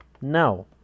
no